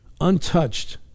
untouched